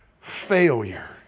failure